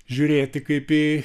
žiūrėti kaip į